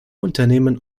unternehmen